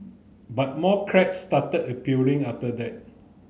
but more cracks started appearing after that